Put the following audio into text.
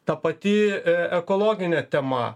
ta pati ekologinė tema